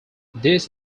this